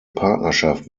partnerschaft